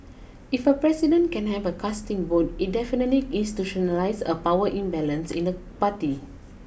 if a president can have a casting vote it definitely institutionalises a power imbalance in the party